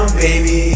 baby